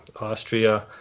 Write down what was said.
Austria